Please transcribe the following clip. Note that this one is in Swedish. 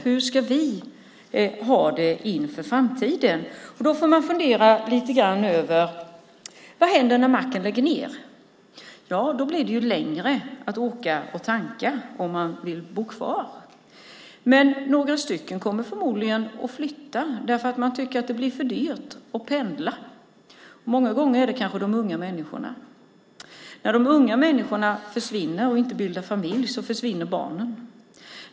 Hur ska de få det inför framtiden? Vad händer när macken lägger ned? Då blir det längre att åka för att tanka om man vill bo kvar. Några kommer förmodligen att flytta på grund av att det blir för dyrt att pendla. Många gånger är det de unga människorna. När de unga människorna försvinner och inte bildar familj försvinner barnen.